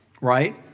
right